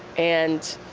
and